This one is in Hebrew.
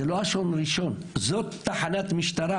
זאת תחנת משטרה,